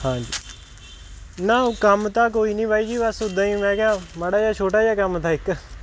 ਹਾਂਜੀ ਨਾ ਉਹ ਕੰਮ ਤਾਂ ਕੋਈ ਨਹੀਂ ਬਾਈ ਜੀ ਬਸ ਉੱਦਾਂ ਹੀ ਮੈਂ ਕਿਹਾ ਮਾੜਾ ਜਿਹਾ ਛੋਟਾ ਜਿਹਾ ਕੰਮ ਥਾ ਇੱਕ